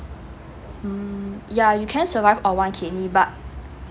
hmm ya you can't survive on one kidney but